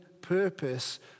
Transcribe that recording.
purpose